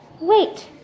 Wait